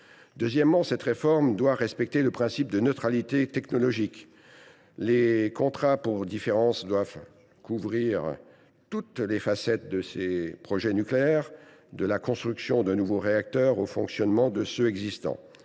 Deuxièmement, cette réforme doit atteindre l’objectif de neutralité technologique. Les contrats pour différence doivent couvrir toutes les facettes des projets nucléaires, de la construction des nouveaux réacteurs au fonctionnement de ceux qui existent.